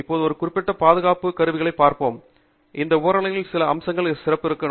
இப்போது நாம் குறிப்பிட்ட பாதுகாப்பு கருவிகளைப் பார்ப்போம் அந்த உபகரணங்களின் சில அம்சங்களை சிறப்பிக்கும்